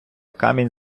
камінь